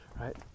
right